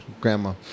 grandma